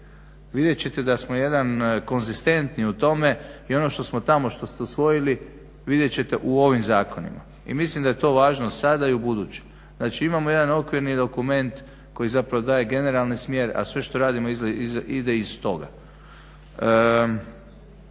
Vidjet ćete da smo jedan konzistentni u tome i ono što smo tamo, što ste usvojili vidjet ćete u ovim zakonima. I mislim da je to važno i sada i u buduće. Znači, imamo jedan okvirni dokument koji zapravo daje generalni smjer, a sve što radimo ide iz toga.